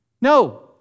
No